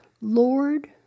Lord